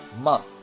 month